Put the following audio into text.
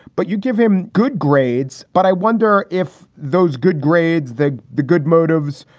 but you give him good grades. but i wonder if those good grades, the the good motives,